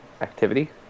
Activity